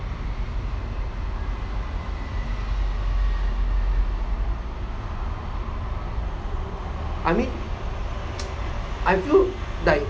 I mean I feel like